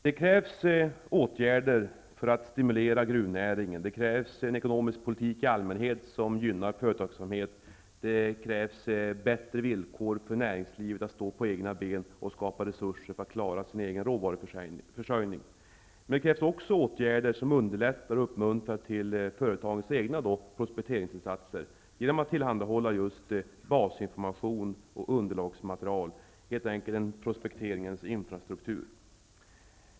Det krävs åtgärder för att stimulera gruvnäringen, det krävs en ekonomisk politik i allmänhet som gynnar företagsamhet, och det krävs bättre villkor för näringslivet att kunna stå på egna ben och skapa resurser för att klara den egna råvaruförsörjningen. Vidare krävs det åtgärder som underlättar och uppmuntrar företagens egna prospekteringsinsatser, genom att tillhandahålla basinformation och underlagsmaterial -- en prospekteringens infrastruktur.